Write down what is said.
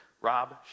rob